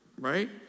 Right